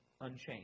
unchanged